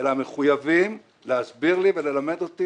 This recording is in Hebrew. אלא הם מחויבים להסביר לי וללמד אותי